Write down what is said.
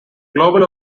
global